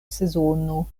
sezono